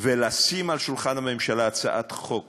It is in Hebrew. שמים על שולחן הממשלה הצעת חוק